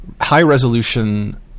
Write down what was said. high-resolution